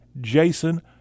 Jason